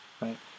right